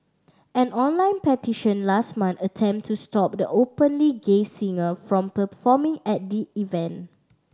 an online petition last month attempted to stop the openly gay singer from performing at the event